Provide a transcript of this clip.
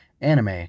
anime